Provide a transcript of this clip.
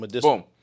boom